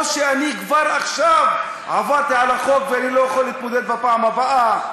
או שאני כבר עכשיו עברתי על החוק ואני לא יכול להתמודד בפעם הבאה?